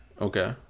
Okay